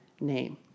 name